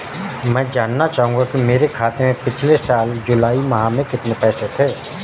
मैं जानना चाहूंगा कि मेरे खाते में पिछले साल जुलाई माह में कितने पैसे थे?